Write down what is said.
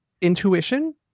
intuition